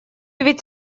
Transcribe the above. ведь